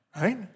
right